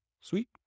Sweet